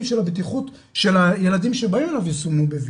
של הבטיחות של הילדים שבאים אליו יסומנו ב-V.